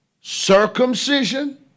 Circumcision